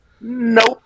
Nope